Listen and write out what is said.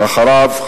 ואחריו,